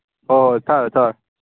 ꯑꯣ ꯊꯛꯑꯔꯣꯏ ꯊꯛꯑꯔꯣꯏ